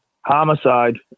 Homicide